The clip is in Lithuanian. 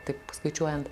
taip skaičiuojant